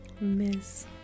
miss